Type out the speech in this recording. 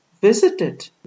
visited